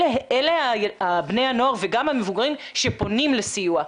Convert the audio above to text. אלה בני הנוער וגם המבוגרים שפונים לסיוע,